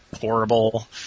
horrible